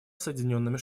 соединенными